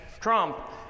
Trump